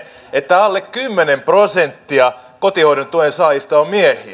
että alle kymmenen prosenttia kotihoidon tuen saajista on miehiä kyllä